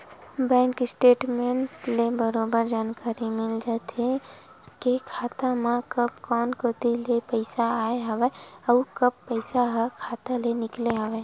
bank statement ले बरोबर जानकारी मिल जाथे के खाता म कब कोन कोती ले पइसा आय हवय अउ कब पइसा ह खाता ले निकले हवय